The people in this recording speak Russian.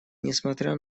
несмотря